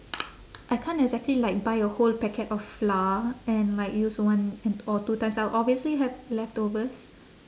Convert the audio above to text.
I can't exactly like buy a whole packet of flour and like use one or two times I'll obviously have leftovers